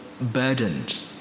burdened